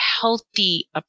healthy